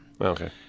Okay